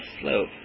slope